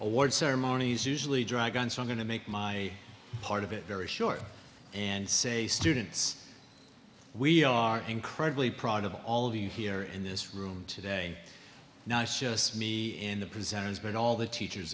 award ceremonies usually drag on so i'm going to make my part of it very short and say students we are incredibly proud of all of you here in this room today now it's just me and the presenters but all the teachers